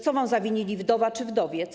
Co wam zawinili wdowa czy wdowiec?